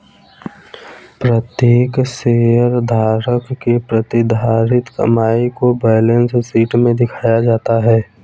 प्रत्येक शेयरधारक की प्रतिधारित कमाई को बैलेंस शीट में दिखाया जाता है